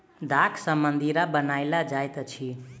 दाख सॅ मदिरा बनायल जाइत अछि